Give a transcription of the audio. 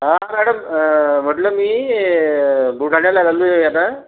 हा मॅडम म्हटलं मी बुलढाण्याला आलेलो आहे आता